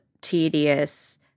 tedious